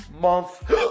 month